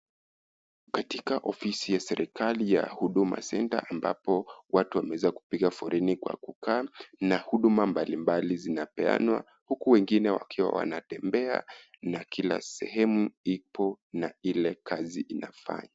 Katika ofisi ya serikali ya huduma center ambapo watu wameweza kupiga foleni kwa kukaa na huduma mbalimbali zinapeanwa huku wengine wakiwa wanatembea na kila sehemu ipo na ile kazi inafanywa.